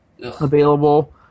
available